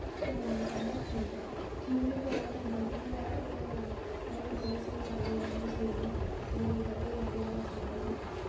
आन line कम्म ठीक ऐ ठीक बी ते है पर गल्त बी है हून जेह्ड़े स्हेई चलांदे उं'दै बास्तै स्हेई ऐ ते जेह्ड़े गल्त चलांदे उं'दै बास्तै गल्त ऐ